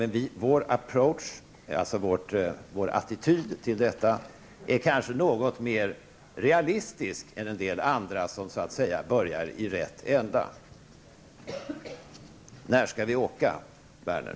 Men vår approach, vår attityd, till detta är kanske något mer realistisk än en del andras och börjar så att säga i rätt ända. När skall vi åka, Werner?